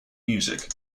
music